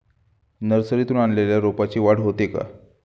नर्सरीतून आणलेल्या रोपाची वाढ होते का?